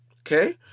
Okay